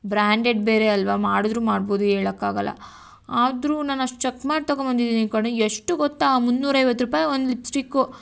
branded ಬೇರೆ ಅಲ್ವಾ ಮಾಡಿದ್ರು ಮಾಡ್ಬೋದು ಹೇಳಕ್ಕಾಗಲ್ಲ ಆದರು ನಾನು ಅಷ್ಟು ಚಕ್ ಮಾಡಿ ತಗೊಂಬಂದಿದ್ದೀನಿ ಕಣೇ ಎಷ್ಟು ಗೊತ್ತಾ ಮುನ್ನೂರ ಐವತ್ತು ರೂಪಾಯಿ ಒಂದು ಲಿಪ್ಸ್ಟಿಕ್ಕು